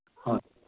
ꯍꯣꯏ